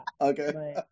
Okay